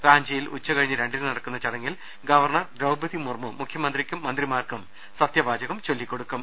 റാഞ്ചിയിൽ ഉച്ചകഴിഞ്ഞ് രണ്ടിന് നടക്കുന്ന ചടങ്ങിൽ ഗവർണർ ദ്രൌപതി മുർമു മുഖ്യമന്ത്രിക്കും മന്ത്രിമാർക്കും സൃത്യവാചകം ചൊല്ലിക്കൊടുക്കും